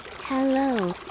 Hello